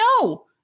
No